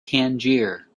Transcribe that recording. tangier